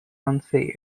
unsay